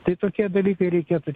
tai tokie dalykai reikėtų